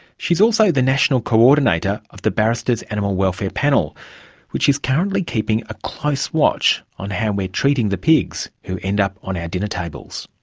she is also the national coordinator of the barristers animal welfare panel which is currently keeping a close watch on how we are treating the pigs who end up on our dinner tables.